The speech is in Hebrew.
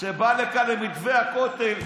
שבא לכאן עם מתווה הכותל,